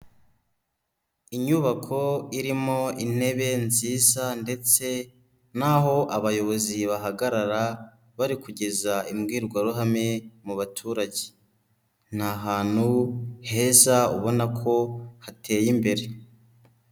Inyubako irimo intebe nziza ndetse n'aho abayobozi bahagarara bari kugeza imbwirwaruhame mu baturage, ni ahantu heza ubona ko hateye imbere.